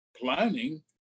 planning